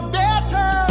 better